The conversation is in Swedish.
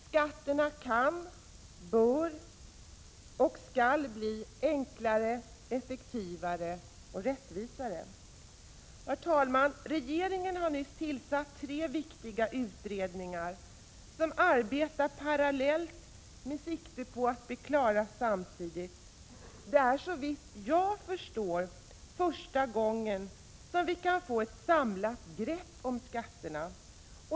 Skatterna kan, bör och skall bli enklare, effektivare och rättvisare. Herr talman! Regeringen har tillsatt tre viktiga utredningar, som arbetar parallellt med sikte på att bli klara samtidigt. Det är, såvitt jag förstår, första gången man får ett samlat grepp på skatterna.